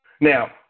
Now